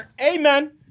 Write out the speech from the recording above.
amen